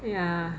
ya